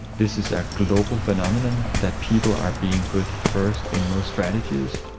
this is a global phenomenon, that people are being put first in most strategies.